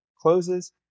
closes